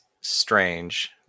strange